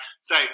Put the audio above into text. say